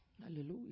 Hallelujah